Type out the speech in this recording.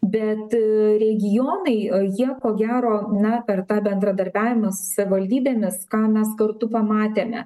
bet regionai jie ko gero na per tą bendradarbiavimą su savivaldybėmis ką mes kartu pamatėme